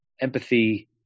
empathy